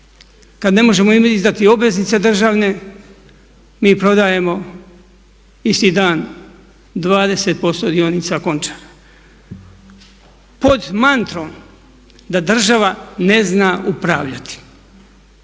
kad ne možemo izdati obveznice državne mi prodajemo isti dan 20% dionica Končara pod mantrom da država ne zna upravljati.